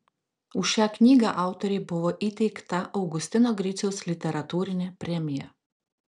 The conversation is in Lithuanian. už šią knygą autorei buvo įteikta augustino griciaus literatūrinė premija